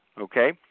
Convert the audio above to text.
okay